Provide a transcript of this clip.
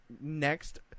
next